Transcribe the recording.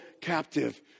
captive